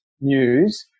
news